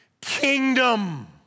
kingdom